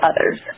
others